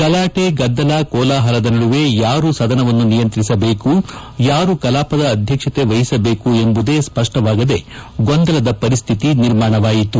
ಗಲಾಟೆ ಗದ್ದಲ ಕೋಲಾಹಲದ ನಡುವೆ ಯಾರು ಸದನವನ್ನು ನಿಯಂತ್ರಿಸಬೇಕು ಯಾರು ಕಲಾಪದ ಅಧ್ಯಕ್ಷತೆ ವಹಿಸಬೇಕು ಎಂಬುದೇ ಸ್ಪಷ್ಟವಾಗದೆ ಗೊಂದಲದ ಪರಿಸ್ಥಿತಿ ನಿರ್ಮಾಣವಾಯಿತು